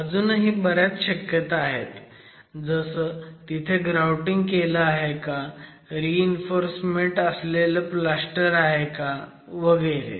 अजूनही बऱ्याच शक्यता आहेत जसं तिथे ग्राउटिंग केलं आहे का रीइन्फोर्स मेंट असलेलं प्लास्टर आहे का वगैरे